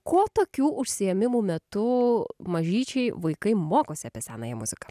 kuo tokių užsiėmimų metu mažyčiai vaikai mokosi apie senąją muziką